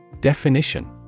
Definition